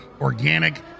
organic